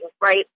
right